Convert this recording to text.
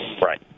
right